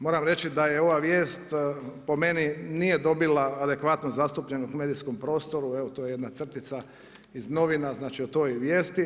Moram reći da je ova vijest, po meni nije dobila adekvatno zastupljeno u medijskom prostoru, evo to je jedna crtica iz novina o toj vijesti.